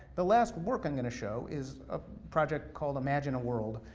the last work i'm gonna show is a project called imagine a world,